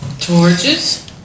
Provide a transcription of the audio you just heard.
torches